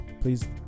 Please